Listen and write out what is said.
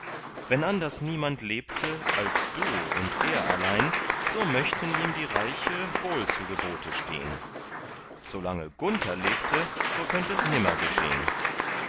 wenn anders niemand lebte als du und er allein so möchten ihm die reiche wohl zu gebote stehn solange gunther lebte so könnt es nimmer geschehn